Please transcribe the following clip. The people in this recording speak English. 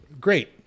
Great